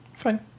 Fine